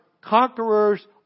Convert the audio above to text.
conquerors